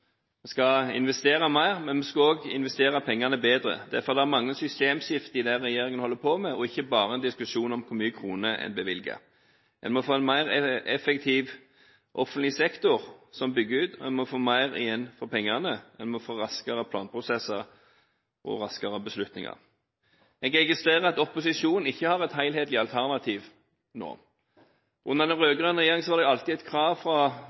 Vi skal investere mer, men vi skal også investere pengene bedre. Derfor er det mange systemskifter i det som regjeringen holder på med, og ikke bare en diskusjon om hvor mange kroner en bevilger. En må få en mer effektiv offentlig sektor som bygger ut, og en må få mer igjen for pengene. En må få raskere planprosesser og raskere beslutninger. Jeg registrerer at opposisjonen ikke har et helhetlig alternativ nå. Under den rød-grønne regjeringen var det alltid et krav fra